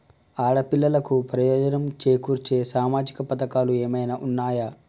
ఆడపిల్లలకు ప్రయోజనం చేకూర్చే సామాజిక పథకాలు ఏమైనా ఉన్నయా?